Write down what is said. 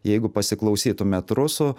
jeigu pasiklausytumėt rusų